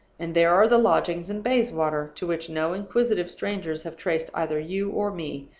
and there are the lodgings in bayswater, to which no inquisitive strangers have traced either you or me,